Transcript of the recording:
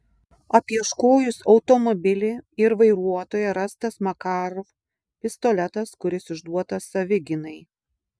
apieškojus automobilį ir vairuotoją rastas makarov pistoletas kuris išduotas savigynai